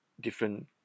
different